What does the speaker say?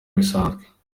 bisanzwe